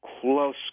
close